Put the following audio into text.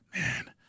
Man